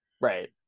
Right